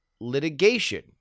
litigation